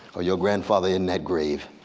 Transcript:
or your grandfather in that grave,